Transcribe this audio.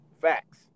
Facts